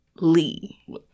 Lee